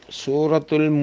suratul